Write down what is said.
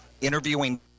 interviewing